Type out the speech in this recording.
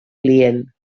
client